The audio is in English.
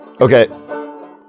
Okay